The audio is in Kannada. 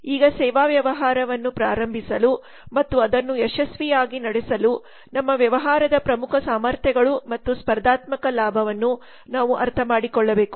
ಈಗ ಸೇವಾ ವ್ಯವಹಾರವನ್ನು ಪ್ರಾರಂಭಿಸಲು ಮತ್ತು ಅದನ್ನು ಯಶಸ್ವಿಯಾಗಿ ನಡೆಸಲು ನಮ್ಮ ವ್ಯವಹಾರದ ಪ್ರಮುಖ ಸಾಮರ್ಥ್ಯಗಳು ಮತ್ತು ಸ್ಪರ್ಧಾತ್ಮಕ ಲಾಭವನ್ನು ನಾವು ಅರ್ಥಮಾಡಿಕೊಳ್ಳಬೇಕು